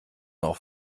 auch